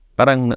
Parang